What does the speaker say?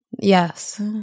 Yes